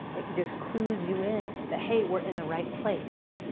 it just clues you in that, hey, we're in the right place.